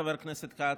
חבר הכנסת כץ,